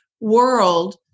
world